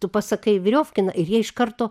tu pasakai viriofkina ir jie iš karto